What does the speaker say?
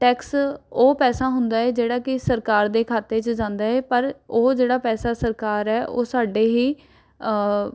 tax ਉਹ ਪੈਸਾ ਹੁੰਦਾ ਹੈ ਜਿਹੜਾ ਕਿ ਸਰਕਾਰ ਦੇ ਖਾਤੇ 'ਚ ਜਾਂਦਾ ਹੈ ਪਰ ਉਹ ਜਿਹੜਾ ਪੈਸਾ ਸਰਕਾਰ ਹੈ ਉਹ ਸਾਡੇ ਹੀ